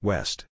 West